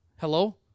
Hello